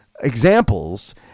examples